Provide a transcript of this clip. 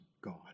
God